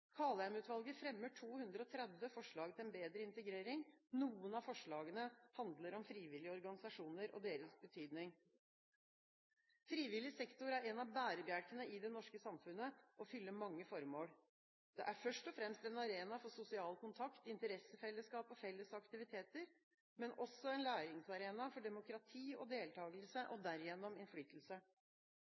fremmer 230 forslag til en bedre integrering. Noen av forslagene handler om frivillige organisasjoner og deres betydning. Frivillig sektor er en av bærebjelkene i det norske samfunnet og fyller mange formål. Det er først og fremst en arena for sosial kontakt, interessefellesskap og felles aktiviteter, men også en læringsarena for demokrati og deltakelse og derigjennom innflytelse.